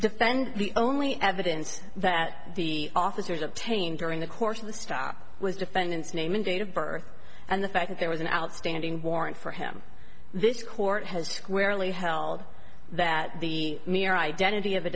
defend the only evidence that the officers obtained during the course of the stop was defendant's name and date of birth and the fact that there was an outstanding warrant for him this court has squarely held that the mere identity of